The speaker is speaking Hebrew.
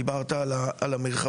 דיברת על המרחבים.